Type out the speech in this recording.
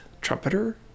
trumpeter